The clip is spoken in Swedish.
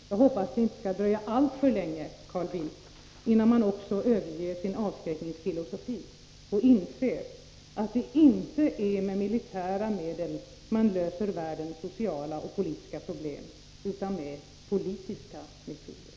Jag hoppas att det inte skall dröja alltför länge, Carl Bildt, innan de också överger sin avskräckningsfilosofi och inser att det inte är med militära medel man löser världens sociala och politiska problem, utan med politiska metoder.